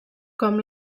com